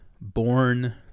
Born